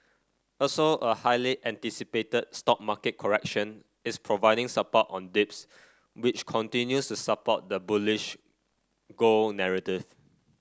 also a highly anticipated stock market correction is providing support on dips which continues to support the bullish gold narrative